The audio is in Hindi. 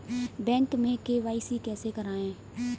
बैंक में के.वाई.सी कैसे करायें?